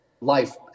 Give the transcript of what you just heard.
life